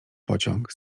pociąg